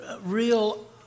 real